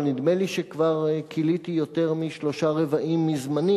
אבל נדמה לי שכבר כיליתי יותר משלושה-רבעים מזמני,